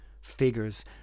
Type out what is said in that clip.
figures